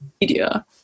media